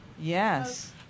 Yes